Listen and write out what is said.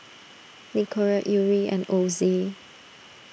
Nicorette Yuri and Ozi